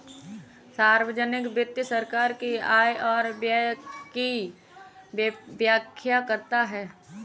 सार्वजिक वित्त सरकार की आय और व्यय की व्याख्या करता है